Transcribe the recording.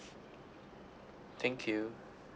thank you